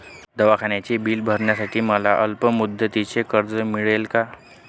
दवाखान्याचे बिल भरण्यासाठी मला अल्पमुदतीचे कर्ज मिळेल का?